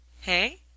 hey